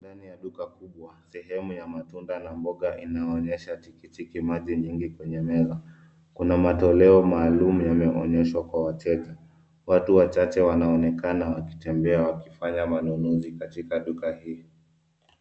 Ndani ya duka kubwa sehemu ya matunda na mboga inaonyesha tikitiki maji nyingi kwenye meza. Kuna matoleo maalumu yameonyeshwa kwa wateja. Watu wachache wanaonekana wakitembea wakifanya manunuzi katika duka hii.